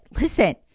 listen